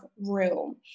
room